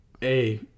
hey